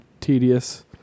tedious